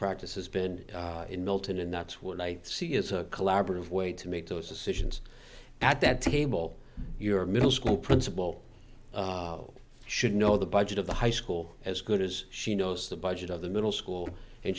practice has been in milton and that's what i see is a collaborative way to make those decisions at that table your middle school principal should know the budget of the high school as good as she knows the budget of the middle school and